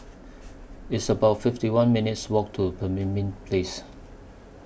It's about fifty one minutes' Walk to Pemimpin Place